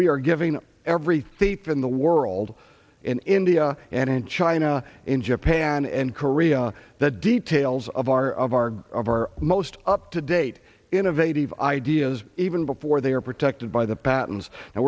we are giving every thief in the world in india and in china in japan and korea the details of our of our of our most up to date innovative ideas even before they are protected by the patents and